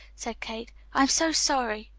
said kate. i'm so sorry!